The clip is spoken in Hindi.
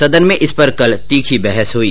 सदन में इस पर कल तीखी बहस हुई